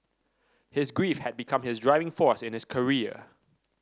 his grief had become his driving force in his career